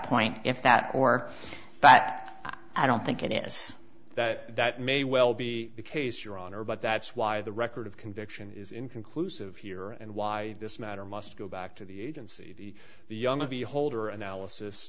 point if that or that i don't think it is that that may well be the case your honor but that's why the record of conviction is inconclusive here and why this matter must go back to the agency the young of the holder analysis